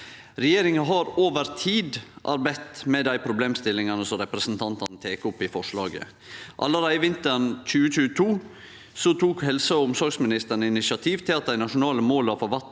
Regjeringa har over tid arbeidd med dei problemstillingane som representantane tek opp i forslaget. Allereie vinteren 2022 tok helse- og omsorgsministeren initiativ til at dei nasjonale måla for vatn